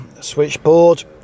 switchboard